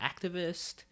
activist